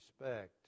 respect